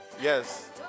Yes